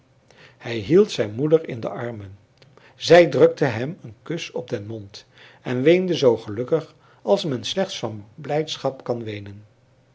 hij hield zijn moeder in de armen zij drukte hem een kus op den mond en weende zoo gelukkig als men slechts van blijdschap kan weenen